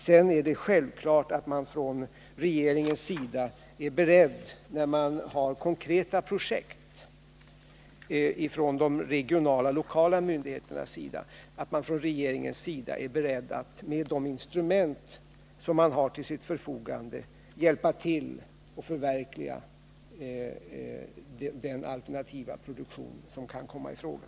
Och det är självklart att vi från regeringens sida, när vi kan ta ställning till konkreta projekt från de regionala och lokala myndigheterna, är beredda att med de instrument som vi har till vårt förfogande hjälpa till att förverkliga den alternativa produktion som kan komma i fråga.